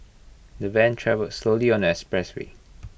the van travelled slowly on the expressway